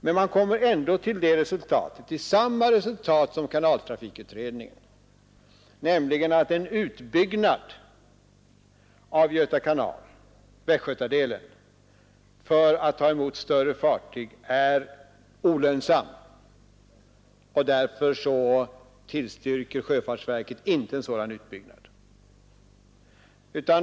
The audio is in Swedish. Verket kommer till samma resultat som kanaltrafikutredningen, nämligen att en utbyggnad av Göta kanals västgötadel för att ta emot större fartyg är olönsam, och därför tillstyrker sjöfartsverket inte en sådan utbyggnad.